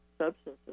substances